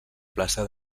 plaça